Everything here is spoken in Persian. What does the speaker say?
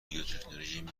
بیوتکنولوژی